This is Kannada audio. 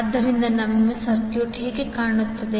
ಆದ್ದರಿಂದ ನಮ್ಮ ಸರ್ಕ್ಯೂಟ್ ಹೇಗೆ ಕಾಣುತ್ತದೆ